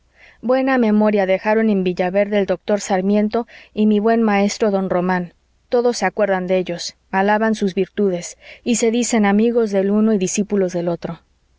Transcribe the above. buena memoria dejaron en villaverde el doctor sarmiento y mi buen maestro don román todos se acuerdan de ellos alaban sus virtudes y se dicen amigos del uno y discípulos del otro